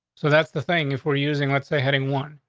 so that's the thing. if we're using, let's say heading one.